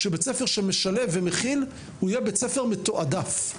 שבית ספר שמשלב ומכיל יהיה בית ספר מתועדף.